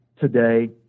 today